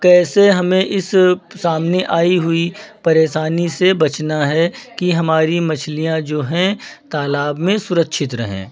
कैसे हमें इस सामने आई हुई परेशानी से बचना है कि हमारी मछलियाँ जो हैं तालाब में सुरक्षित रहें